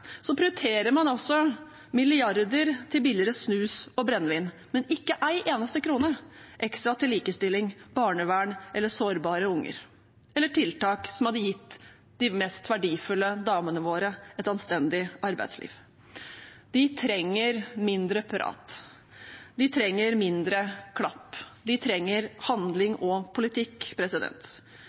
prioriterer man altså milliarder til billigere snus og brennevin, men ikke en eneste krone ekstra til likestilling, barnevern eller sårbare unger – eller til tiltak som hadde gitt de mest verdifulle damene våre et anstendig arbeidsliv. De trenger mindre prat, de trenger mindre klapp, de trenger handling og politikk.